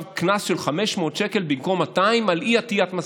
קנס של 500 שקל במקום 200 על אי-עטיית מסכה,